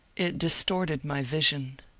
it distorted my vision.